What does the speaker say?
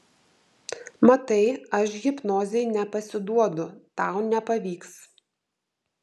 matai aš hipnozei nepasiduodu tau nepavyks